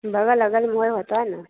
बगल अगलमे होइ होतऽ नऽ